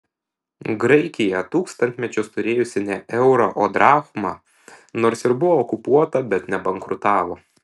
graikija tūkstantmečius turėjusi ne eurą o drachmą nors ir buvo okupuota bet nebankrutavo